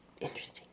Interesting